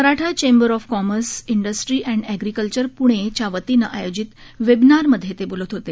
Maratha chambers of commerce industry and agriculture पृणेच्यावतीने आयोजित वेबिनारमध्ये ते बोलत होते